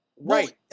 Right